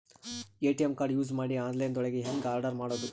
ATM card use ಮಾಡಿ online ದೊಳಗೆ ಹೆಂಗ್ ಆರ್ಡರ್ ಮಾಡುದು?